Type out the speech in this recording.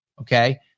Okay